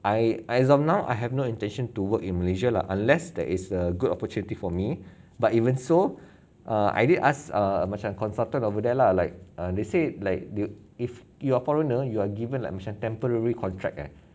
I I as of now I have no intention to work in malaysia lah unless there is a good opportunity for me but even so err I did ask macam consulted over there lah like they say like they if you're a foreigner you are given like macam temporary contract eh